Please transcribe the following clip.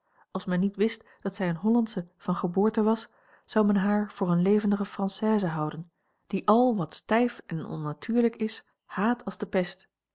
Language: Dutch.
als men niet wist dat zij eene hollandsche van geboorte was zou men haar voor eene levendige française houden die al wat stijf en onnatuurlijk is haat als de pest